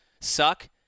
suck